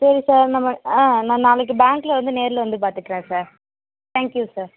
சரி சார் நம்ம ஆ நான் நாளைக்கு பேங்கில் வந்து நேரில் வந்து பார்த்துக்குறேன் சார் தேங்க் யூ சார்